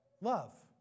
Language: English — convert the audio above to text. love